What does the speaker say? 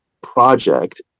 project